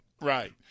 Right